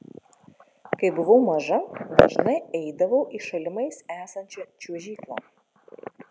kai buvau maža dažnai eidavau į šalimais esančią čiuožyklą